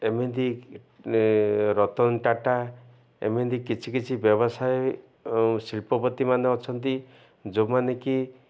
ଏମିତି ରତନ ଟାଟା ଏମିତି କିଛି କିଛି ବ୍ୟବସାୟ ଶିଳ୍ପପତି ମାନେ ଅଛନ୍ତି ଯୋଉମାନେ କିି